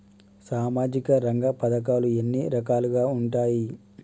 సామాజిక రంగ పథకాలు ఎన్ని రకాలుగా ఉంటాయి?